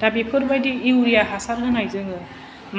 दा बेफोरबायदि इउरिया हासार होनाय जोङो